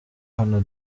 hano